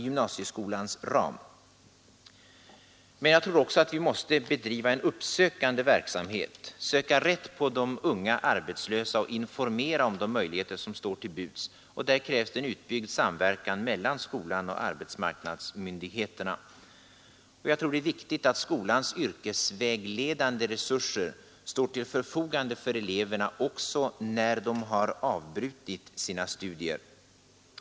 Men vi måste också bedriva en uppsökande verksamhet, leta rätt på unga arbetslösa och informera om de möjligheter som står till buds. För detta krävs en samverkan mellan skolan och arbetsmarknadsmyndigheterna. Det är viktigt att skolans yrkesvägledande resurser står till elevernas förfogande också när de har avbrutit sina studier.